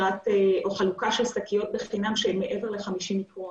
חלוקה של שקיות בחינם מעבר ל-50 מיקרון.